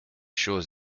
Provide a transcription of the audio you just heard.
choses